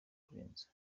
kurenza